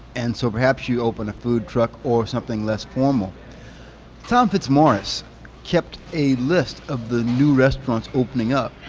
and so perhaps you open a food truck or something less formal tom fitzmorris kept a list of the new restaurants opening up.